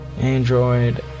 Android